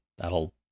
That'll